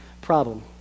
problem